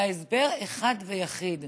וההסבר אחד ויחיד: